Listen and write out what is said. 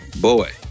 boy